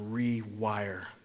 rewire